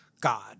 God